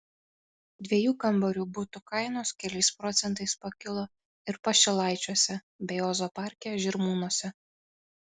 dviejų kambarių butų kainos keliais procentais pakilo ir pašilaičiuose bei ozo parke žirmūnuose